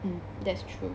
mm that's true